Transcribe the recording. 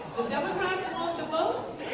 democrats want the votes,